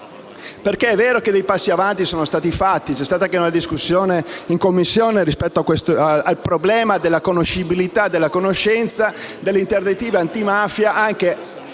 È vero che dei passi in avanti sono stati fatti ed è stata svolta anche una discussione in Commissione rispetto al problema della conoscibilità e della conoscenza delle interdittive antimafia